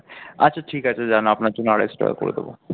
আচ্ছা ঠিক আছে যান আপনার জন্য আড়াইশো টাকা করে দেবো